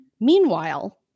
Meanwhile